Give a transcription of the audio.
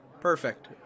Perfect